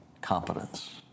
competence